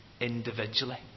individually